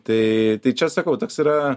tai tai čia sakau toks yra